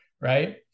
right